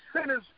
sinners